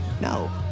No